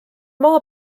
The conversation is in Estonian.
maa